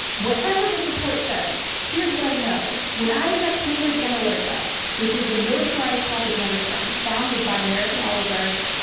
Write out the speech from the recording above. whatever this report says, here's what i know. when i was at cambridge analytica which is the militarized propaganda firm founded by american oligarch,